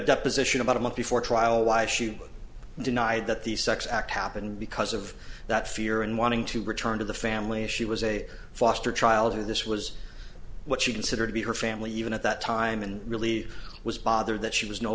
deposition about a month before trial why she would deny that the sex act happened because of that fear and wanting to return to the family she was a foster child and this was what she considered to be her family even at that time and really was bothered that she was no